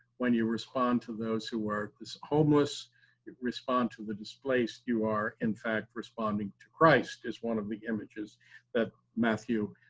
when you respond to those who are homeless, you respond to the displaced, you are in fact responding to christ is one of the images that matthew,